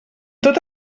tot